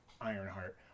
Ironheart